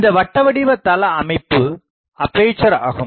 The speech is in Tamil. இந்த வட்டவடிவ தளஅமைப்பு அப்பேசர் ஆகும்